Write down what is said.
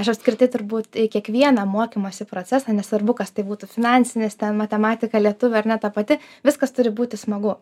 aš apskritai turbūt kiekvieną mokymosi procesą nesvarbu kas tai būtų finansinis ten matematika lietuvių ar ne ta pati viskas turi būti smagu